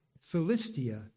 Philistia